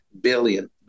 billion